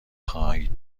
خواهید